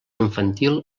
infantil